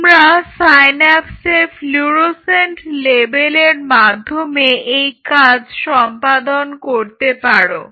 তোমরা সাইন্যাপসের ফ্লুরোসেন্ট লেবেলের মাধ্যমে এই কাজ সম্পাদন করতে পারো